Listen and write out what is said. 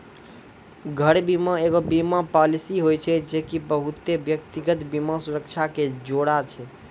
घर बीमा एगो बीमा पालिसी होय छै जे की बहुते व्यक्तिगत बीमा सुरक्षा के जोड़े छै